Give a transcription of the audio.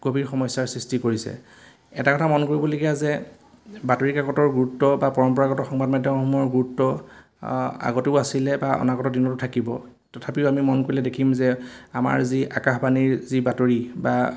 গভীৰ সমস্যাৰ সৃষ্টি কৰিছে এটা কথা মন কৰিবলগীয়া যে বাতৰি কাকতৰ গুৰুত্ব বা পৰম্পৰাগত সংবাদসমূহৰ গুৰুত্ব আগতেও আছিলে বা অনাগত দিনতো থাকিব তথাপিও আমি মন কৰিলে দেখিম যে আমাৰ যি আকাশবাণীৰ যি বাতৰি বা